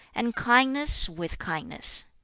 and kindness with kindness.